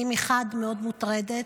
אני מחד גיסא מאוד מוטרדת,